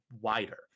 wider